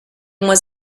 was